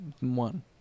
One